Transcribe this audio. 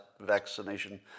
vaccination